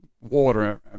water